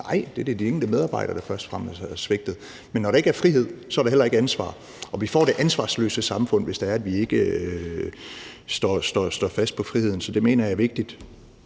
Nej, det er da de enkelte medarbejdere, der først og fremmest har svigtet. Men når der ikke er frihed, er der heller ikke ansvar, og vi får det ansvarsløse samfund, hvis det er, at vi ikke står fast på friheden. Så jeg mener, det er vigtigt